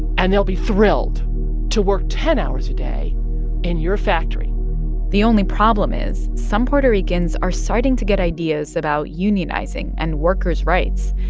and they'll be thrilled to work ten hours a day in your factory the only problem is some puerto ricans are starting to get ideas about unionizing and workers' rights,